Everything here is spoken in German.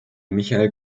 michael